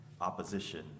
opposition